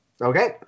Okay